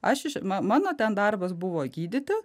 aš iš ma mano ten darbas buvo gydyti